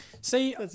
See